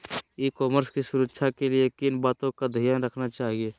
ई commerce की सुरक्षा के लिए किन बातों का ध्यान रखना चाहिए?